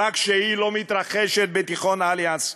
רק שהיא לא מתרחשת בתיכון "אליאנס"